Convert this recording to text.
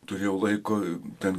turėjau laiko ten